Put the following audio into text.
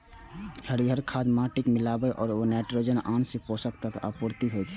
हरियर खाद माटि मे मिलाबै सं ओइ मे नाइट्रोजन आ आन पोषक तत्वक आपूर्ति होइ छै